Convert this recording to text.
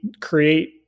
create